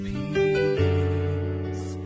Peace